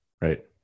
right